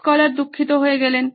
scholar দুঃখিত হয়ে গেলেন